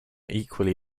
equally